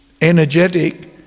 energetic